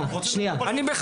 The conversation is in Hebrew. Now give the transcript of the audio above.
אני נותן